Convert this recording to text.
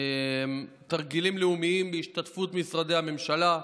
תרגילים לאומיים בהשתתפות משרדי הממשלה,